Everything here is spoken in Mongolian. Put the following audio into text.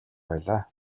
байлаа